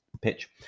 pitch